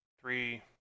Three